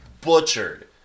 butchered